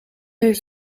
heeft